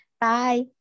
Bye